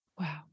Wow